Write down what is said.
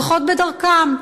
הולכות בדרכם,